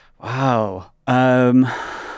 Wow